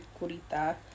curita